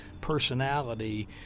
personality